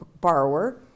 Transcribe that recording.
borrower